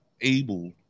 able